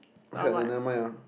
what what